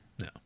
no